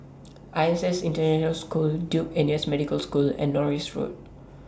I S S International School Duke N U S Medical School and Norris Road